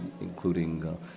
including